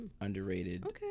Underrated